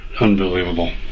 unbelievable